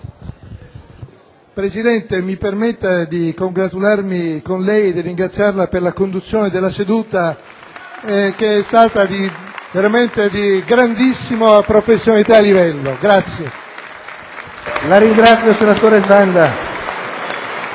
Presidente, mi permetta di congratularmi con lei e di ringraziarla per la conduzione della seduta, che è stata veramente di grandissima professionalità. *(**Generali applausi).* PRESIDENTE. La ringrazio, senatore Zanda.